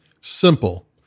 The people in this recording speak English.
simple